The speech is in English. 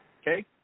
Okay